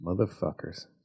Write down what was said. Motherfuckers